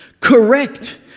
correct